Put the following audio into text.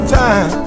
time